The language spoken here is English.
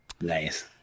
Nice